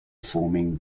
forming